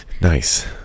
Nice